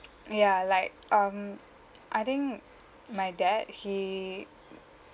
ya like um I think my dad he mm